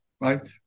Right